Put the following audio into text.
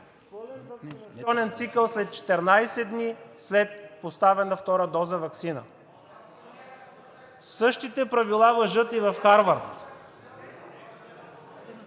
ваксинационен цикъл след 14 дни след поставена втора доза ваксина. Същите правила важат и в Харвард.